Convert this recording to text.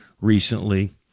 recently